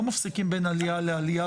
לא מפסיקים בין עלייה לעלייה.